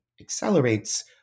accelerates